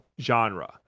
genre